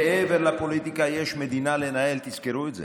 מעבר לפוליטיקה יש מדינה לנהל, תזכרו את זה.